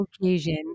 occasion